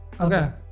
okay